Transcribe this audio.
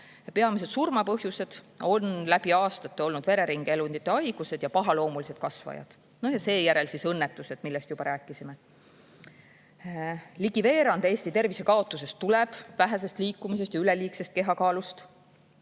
Peamised surma põhjused on läbi aastate olnud vereringeelundite haigused ja pahaloomulised kasvajad ning seejärel õnnetused, millest juba rääkisime. Ligi veerand Eesti tervisekaotusest tuleb vähesest liikumisest ja üleliigsest kehakaalust.